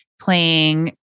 playing